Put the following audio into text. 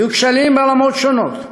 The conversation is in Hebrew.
היו כשלים ברמות שונות,